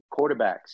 quarterbacks